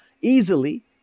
easily